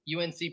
UNC